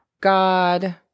God